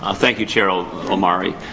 um thank you, chair omari.